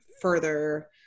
further